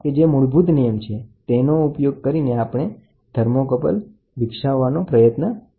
તો આ બે નિયમ કે જે મૂળભૂત નિયમ છે તેનો ઉપયોગ કરીને તમે થમોંકપલ વિકસાવવાનો પ્રયત્ન કરી શકો